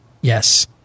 yes